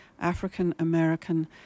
African-American